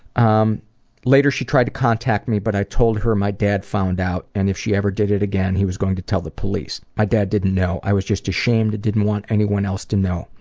um later she tried to contact me, but i told her my dad found out and if she ever did it again, he was going to tell the police. my dad didn't know, i was just ashamed and didn't want anyone else to know.